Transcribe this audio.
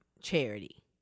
charity